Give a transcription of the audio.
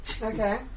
Okay